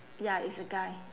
ya it's a guy